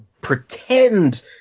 pretend